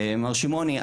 מר שמעון,